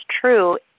true